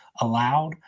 allowed